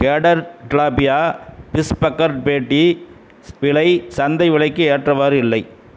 கேடர் tilapia fish burger patty விலை சந்தை விலைக்கு ஏற்றவாறு இல்லை